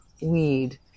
weed